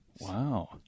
Wow